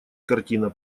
картина